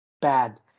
bad